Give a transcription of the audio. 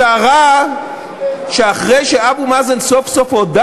הצרה היא שאחרי שאבו מאזן סוף-סוף הודה